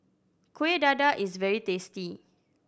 Kueh Dadar is very tasty